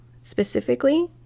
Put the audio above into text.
specifically